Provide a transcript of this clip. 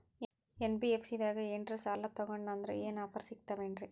NBFC ದಾಗ ಏನ್ರ ಸಾಲ ತೊಗೊಂಡ್ನಂದರ ಏನರ ಆಫರ್ ಸಿಗ್ತಾವೇನ್ರಿ?